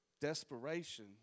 desperation